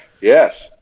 Yes